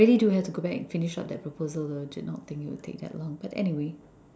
I really do have to go back and finish up that proposal though did not think it would take that long but anyway